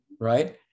right